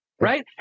right